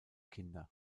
kinder